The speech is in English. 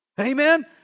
Amen